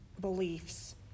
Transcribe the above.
beliefs